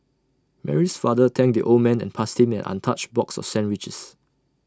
Mary's father thanked the old man and passed him an untouched box of sandwiches